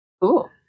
Cool